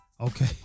Okay